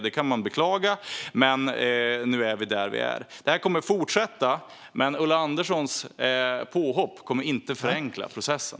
Det kan man beklaga, men nu är vi där vi är. Processen kommer att fortsätta, men Ulla Anderssons påhopp kommer inte att förenkla den.